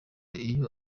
iyo